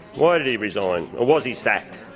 why did he resign? or was he sacked,